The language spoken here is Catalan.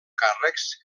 càrrecs